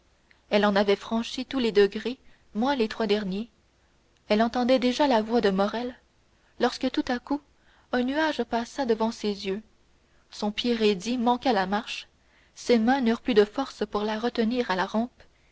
elle en avait franchi tous les degrés moins les trois derniers elle entendait déjà la voix de morrel lorsque tout à coup un nuage passa devant ses yeux son pied raidi manqua la marche ses mains n'eurent plus de force pour la retenir à la rampe